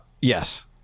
Yes